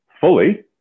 fully